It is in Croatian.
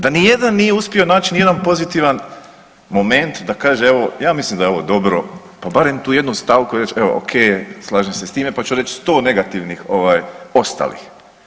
Da ni jedan nije uspio naći ni jedan pozitivan moment da kaže evo ja mislim da je ovo dobro, pa barem tu jednu stavku reći evo ok slažem se s time, pa ću reći 100 negativnih ostalih.